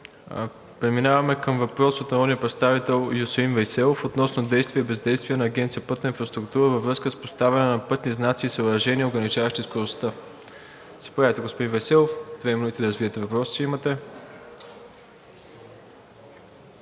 Преминаваме към въпрос от народния представител Юсеин Вейселов относно действия и бездействия на Агенция „Пътна инфраструктура“ във връзка с поставяне на пътни знаци и съоръжения, ограничаващи скоростта. Заповядайте, господин Вейселов, имате две минути да развиете въпроса.